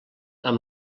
amb